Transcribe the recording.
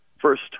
first